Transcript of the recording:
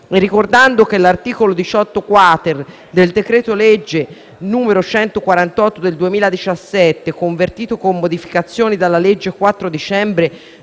ricordando che l'articolo 18*-quater* del decreto-legge n. 148 del 2017, convertito, con modificazioni, dalla legge 4 dicembre